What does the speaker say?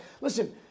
Listen